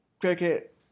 cricket